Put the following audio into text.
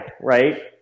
Right